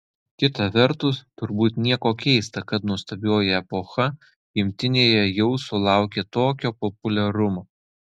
kita vertus turbūt nieko keista kad nuostabioji epocha gimtinėje jau sulaukė tokio populiarumo